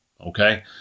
okay